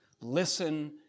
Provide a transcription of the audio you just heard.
Listen